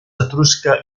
etrusca